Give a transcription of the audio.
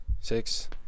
six